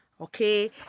Okay